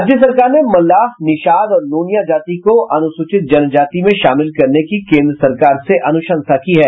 राज्य सरकार ने मल्लाह निषाद और नोनिया जाति को अनुसूचित जनजाति में शामिल करने की केन्द्र सरकार से अनुशंसा की है